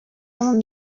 вам